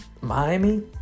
Miami